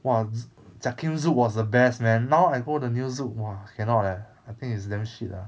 !wah! jiak kim zouk was the best man now I go the new zouk !wah! cannot leh I think it's damn shit lah